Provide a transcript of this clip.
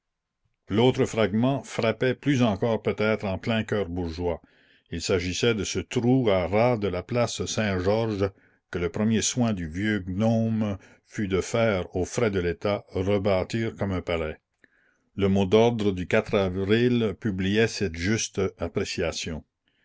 l'autre fragment frappait plus encore peut-être en plein cœur bourgeois il s'agissait de ce trou à rats de la place saintgeorges que le premier soin du vieux gnome fut de faire aux frais de l'état rebâtir comme un palais le mot d'ordre du avril publiait cette juste appréciation